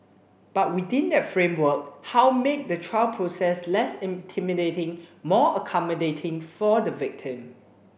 but within that framework how make the trial process less intimidating more accommodating for the victim